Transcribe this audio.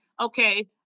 okay